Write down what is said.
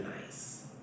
nice